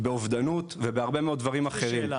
באובדות, ובהרבה מאוד דברים אחרים.